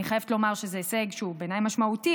אני חייבת לומר שזה הישג שהוא בעיניי משמעותי,